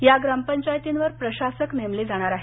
या ग्रामपंचायतींवर प्रशासक नेमले जाणार आहेत